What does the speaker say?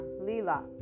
Lila